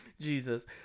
Jesus